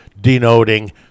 denoting